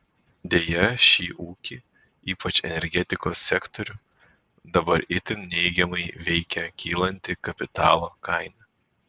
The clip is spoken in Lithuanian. deja šį ūkį ypač energetikos sektorių dabar itin neigiamai veikia kylanti kapitalo kaina